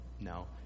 no